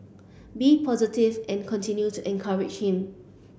be positive and continue to encourage him